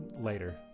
later